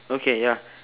okay ya